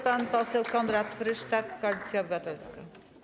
Pan poseł Konrad Frysztak, Koalicja Obywatelska.